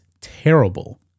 terrible